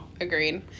Agreed